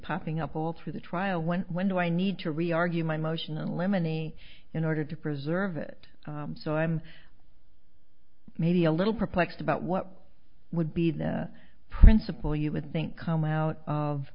popping up all through the trial when when do i need to re argue my motion eliminate in order to preserve it so i'm maybe a little perplexed about what would be the principal you would think come out of